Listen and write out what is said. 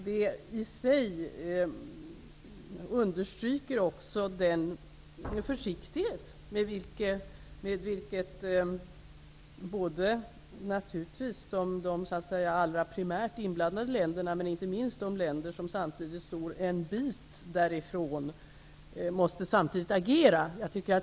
Det understryker i sig den försiktighet med vilken de primärt inblandade länderna, men inte minst de länder som står en bit därifrån, samtidigt måste agera.